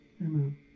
Amen